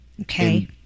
Okay